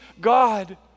God